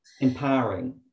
empowering